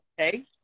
Okay